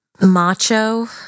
Macho